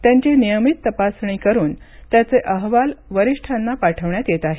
त्यांची नियमित तपासणी करून त्याचे अहवाल वरिष्ठांना पाठवण्यात येत आहेत